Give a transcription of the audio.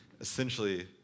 essentially